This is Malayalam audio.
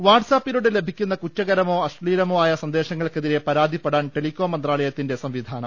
വാട്സ് ആപ്പിലൂടെ ലഭിക്കുന്ന കുറ്റകരമോ അശ്ലീലമോ ആയ സന്ദേശങ്ങൾക്കെതിരെ പരാതിപ്പെടാൻ ടെലികോം മന്ത്രാലയത്തിന്റെ സംവിധാനം